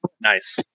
Nice